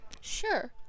Sure